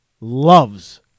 loves